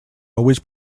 always